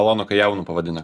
malonu kai jaunu pavadina